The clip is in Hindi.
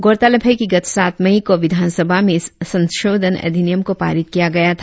गौरतलब है कि गत सात मई को विधानसभा में इस संशोधन अधिनियम को पारित किया गया था